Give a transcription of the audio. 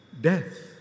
Death